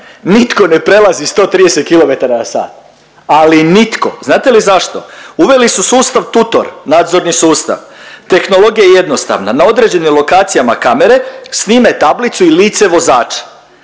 nitko ne prelazi 130 kilometara na sat, ali nitko. Znate li zašto? Uveli su sustav Tutor nadzorni sustav. Tehnologija je jednostavna na određenim lokacijama kamere snime tablicu i lice vozača,